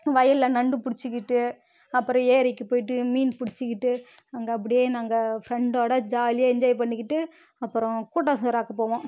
வயலில் நண்டு பிடிச்சுகிட்டு அப்பறம் ஏரிக்கி போயிட்டு மீன் பிடிச்சுகிட்டு அங்கே அப்படியே நாங்கள் ஃபிரண்டோடு ஜாலியாக என்ஜாய் பண்ணிக்கிட்டு அப்பறம் கூட்டான் சோறு ஆக்க போவோம்